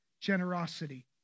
generosity